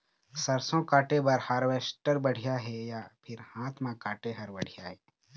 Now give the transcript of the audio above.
सरसों काटे बर हारवेस्टर बढ़िया हे या फिर हाथ म काटे हर बढ़िया ये?